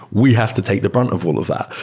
we have to take the brunt of all of that.